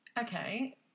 okay